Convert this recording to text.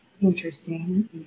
Interesting